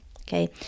okay